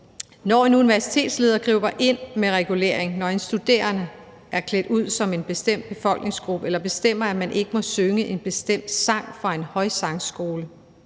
Når en universitetsleder griber ind med regulering, når en studerende er klædt ud som en bestemt befolkningsgruppe, eller bestemmer, at man ikke må synge en bestemt sang fra en højskolesangbog,